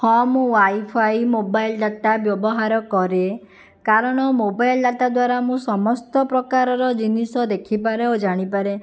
ହଁ ମୁଁ wifi mobile data ବ୍ୟବହାର କରେ କାରଣ ମୋବାଇଲ ଡାଟା ଦ୍ଵାରା ମୁଁ ସମସ୍ତ ପ୍ରକାରର ଜିନିଷ ଦେଖିପାରେ ଓ ଜାଣିପାରେ